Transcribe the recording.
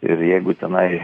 ir jeigu tenai